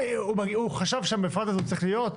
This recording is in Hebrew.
הוא חשב שבמפרט הזה הוא צריך להיות?